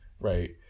right